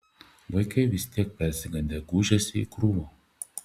vaikai vis tiek persigandę gūžėsi į krūvą